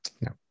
No